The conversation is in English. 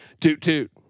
Toot-toot